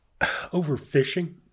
Overfishing